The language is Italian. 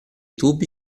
tubi